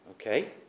okay